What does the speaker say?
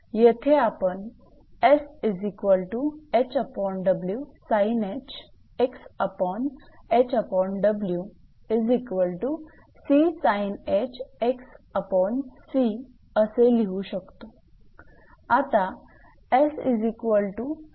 येथे आपण असे लिहू शकतो